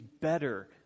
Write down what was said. better